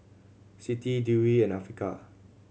Siti Dewi and Afiqah